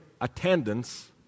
attendance